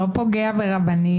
הוא לא פוגע ברבנים.